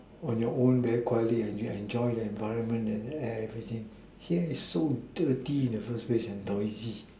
on your own very quietly and you enjoy the environment and everything here is so dirty in the first place and noisy